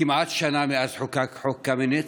כמעט שנה מאז חוקק חוק קמיניץ,